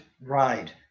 ride